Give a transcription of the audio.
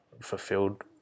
fulfilled